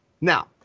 Now